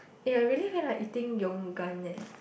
eh I really feel like eating Yoogane leh